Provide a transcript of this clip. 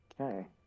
Okay